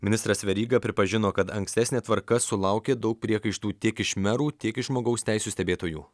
ministras veryga pripažino kad ankstesnė tvarka sulaukė daug priekaištų tiek iš merų tiek iš žmogaus teisių stebėtojų